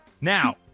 Now